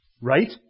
Right